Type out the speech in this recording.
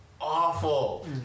awful